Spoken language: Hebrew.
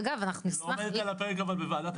היא לא עומדת אבל על הפרק בוועדת המחירים.